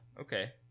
Okay